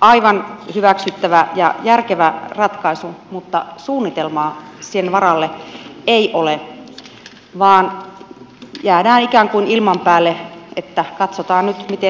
aivan hyväksyttävä ja järkevä ratkaisu mutta suunnitelmaa sen varalle ei ole vaan jäädään ikään kuin ilman päälle että katsotaan nyt miten tässä käy